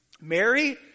Mary